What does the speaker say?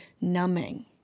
numbing